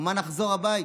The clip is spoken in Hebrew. אמרה: נחזור הביתה.